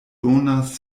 donas